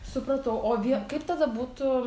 supratau o vie kaip tada būtų